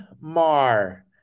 mar